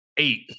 eight